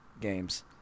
games